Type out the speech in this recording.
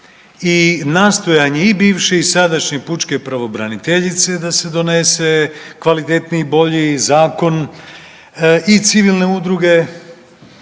i nastojanje i bivše i sadašnje pučke pravobraniteljice da se donese kvalitetniji i bolji zakon i civilne udruge.